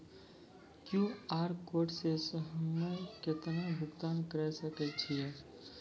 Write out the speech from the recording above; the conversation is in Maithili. क्यू.आर कोड से हम्मय केतना भुगतान करे सके छियै?